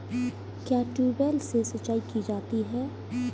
क्या ट्यूबवेल से सिंचाई की जाती है?